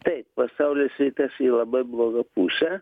taip pasaulis ritasi į labai blogą pusę